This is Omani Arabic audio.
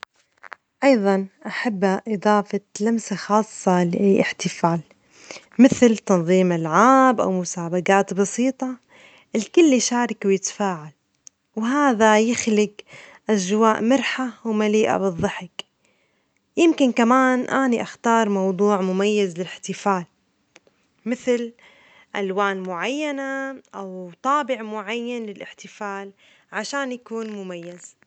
أيظا أحب إظافة لمسة خاصة للاحتفال مثل تنظيم ألعاب أو مسابجات بسيطة الكل يشارك ويتفاعل ،وهذا يخلج اجواء مرحة ومليئة بالضحك ،يمكن كمان أني أختار موضوعا مميزا للاحتفال مثل ألوان معينة أو طابع معين للاحتفال عشان يكون مميز.